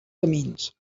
camins